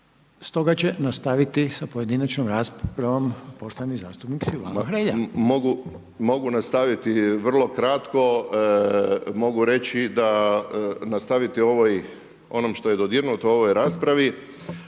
Stoga će nastaviti sa pojedinačnom raspravom poštovani zastupnik Silvano Hrelja. **Hrelja, Silvano (HSU)** Mogu nastaviti vrlo kratko. Mogu reći da nastaviti ovaj, onom što je dodirnuto u ovoj raspravi,